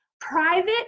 private